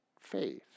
faith